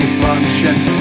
functions